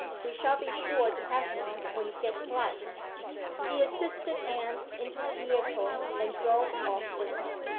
we shall be sure to have him when it gets light he assisted anne into the vehicle, and drove off with her.